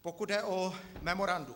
Pokud jde o memorandum.